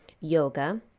yoga